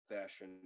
fashion